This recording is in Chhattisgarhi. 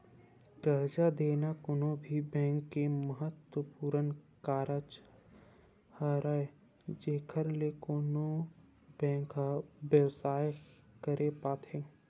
करजा देना कोनो भी बेंक के महत्वपूर्न कारज हरय जेखर ले कोनो बेंक ह बेवसाय करे पाथे